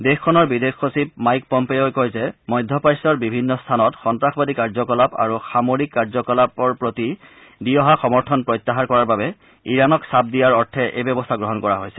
দেশখনৰ বিদেশ সচিব মাইক পম্পেঅই কয় যে মধ্যপ্ৰাচ্যৰ বিভিন্ন স্থানত সন্ত্ৰাসবাদী কাৰ্যকলাপ আৰু সামৰিক কাৰ্যকলাপ প্ৰতি দি অহা সমৰ্থন প্ৰত্যাহাৰ কৰাৰ বাবে ইৰাণক চাপ দিয়াৰ অৰ্থে এই ব্যৱস্থা গ্ৰহণ কৰা হৈছে